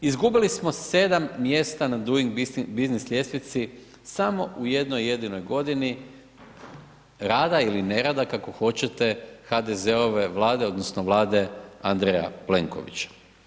Izgubili smo 7 mjesta na Duing biznis ljestvici samo u jednoj jedinoj godini, rada ili nerada kako hoćete HDZ-ove Vlade odnosno Vlade Andreja Plenkovića.